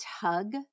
tug